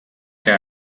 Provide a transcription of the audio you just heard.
que